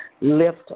lift